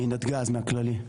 מנתגז, מהכללי.